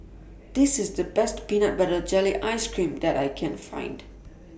This IS The Best Peanut Butter Jelly Ice Cream that I Can Find